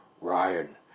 Ryan